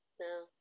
No